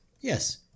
Yes